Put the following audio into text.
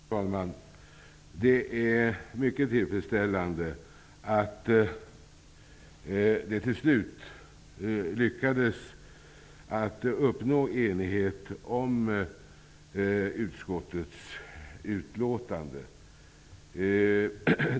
Fru talman! Det är mycket tillfredsställande att man till slut lyckades uppnå enighet om utskottets utlåtande.